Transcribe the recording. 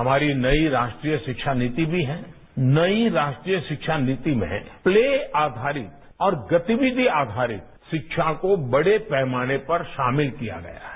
हमारी नई राष्ट्रीय शिक्षा नीति भी है नई राष्ट्रीय शिक्षा नीति में है प्ले आधारित और गतिविधि आधारित शिक्षा को बड़े पैमाने पर शामिल किया गया है